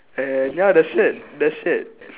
and ya that's it that's it